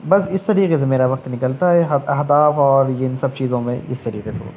بس اس طریقے سے میرا وقت نکلتا ہے اہداف اور ان سب چیزوں میں اس طریقے سے ہوتا ہے